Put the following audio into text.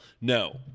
No